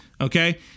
Okay